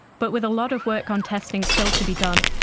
but with a lot of work on testing still to be done,